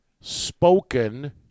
spoken